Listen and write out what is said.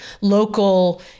local